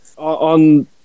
On